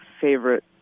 favorite